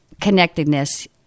connectedness